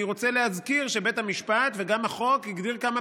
אני רוצה להזכיר שבית המשפט וגם החוק הגדירו כמה